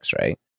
right